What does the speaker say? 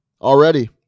already